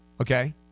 Okay